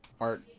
art